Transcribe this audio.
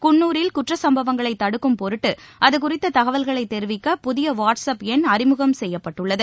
குன்னூரில் குற்றச் சம்பவங்களை தடுக்கும் பொருட்டு அதுகுறித்த தகவல்களை தெரிவிக்க புதிய வாட்ஸ்அப் எண் அறிமுகம் செய்யப்பட்டுள்ளது